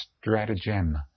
stratagem